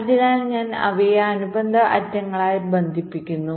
അതിനാൽ ഞാൻ അവയെ അനുബന്ധ അറ്റങ്ങളാൽ ബന്ധിപ്പിക്കുന്നു